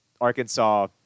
Arkansas